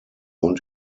und